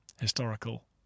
historical